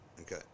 okay